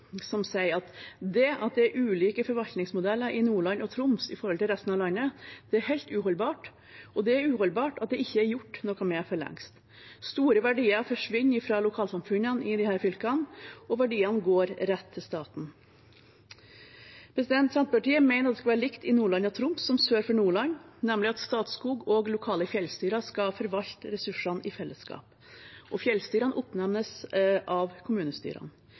som sier at det at det er ulike forvaltningsmodeller i Nordland og Troms i forhold til resten av landet, er helt uholdbart, og det er uholdbart at det ikke er gjort noe med for lengst. Store verdier forsvinner fra lokalsamfunnene i disse fylkene, og verdiene går rett til staten. Senterpartiet mener at det skal være likt i Nordland og Troms som sør for Nordland, nemlig at Statskog og lokale fjellstyrer skal forvalte ressursene i fellesskap, og at fjellstyrene oppnevnes av kommunestyrene.